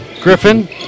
Griffin